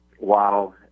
Wow